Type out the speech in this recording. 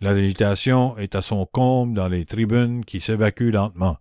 l'agitation est à son comble dans les tribunes qui s'évacuent lentement